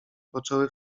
poczęły